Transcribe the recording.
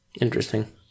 Interesting